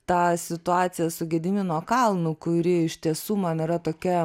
tą situaciją su gedimino kalnu kuri iš tiesų man yra tokia